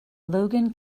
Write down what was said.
logan